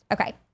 okay